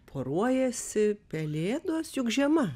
poruojasi pelėdos juk žiema